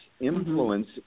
influence